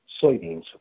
soybeans